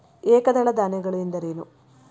ಏಕದಳ ಧಾನ್ಯಗಳು ಎಂದರೇನು?